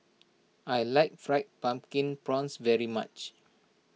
I like Fried Pumpkin Prawns very much